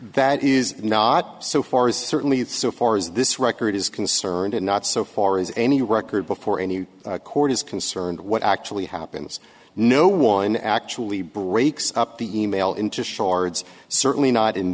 that is not so far as certainly it so far as this record is concerned and not so far as any record before any court is concerned what actually happens no one actually breaks up the e mail into shards certainly not in